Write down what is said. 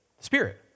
Spirit